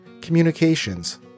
communications